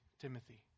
Timothy